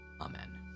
Amen